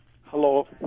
Hello